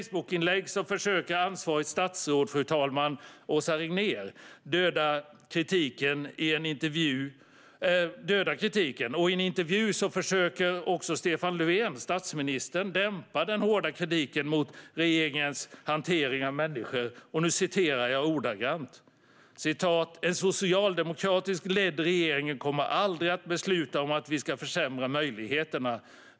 I Facebookinlägg försöker ansvarigt statsråd, Åsa Regnér, döda kritiken, och i en intervju försöker också statsminister Stefan Löfven dämpa den hårda kritiken mot regeringens hantering av människor: "En socialdemokratiskt ledd regering kommer aldrig att besluta om att vi ska försämra möjligheterna.